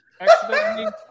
Accidentally